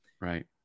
Right